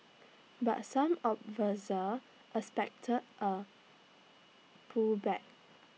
but some expect A pullback